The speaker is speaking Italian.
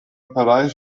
operaio